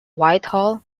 whitehall